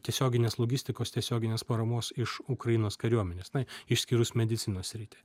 tiesioginės logistikos tiesioginės paramos iš ukrainos kariuomenės na išskyrus medicinos sritį